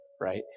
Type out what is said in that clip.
right